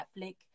netflix